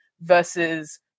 versus